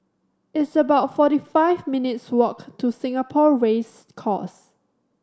it's about forty five minutes' walk to Singapore Race Course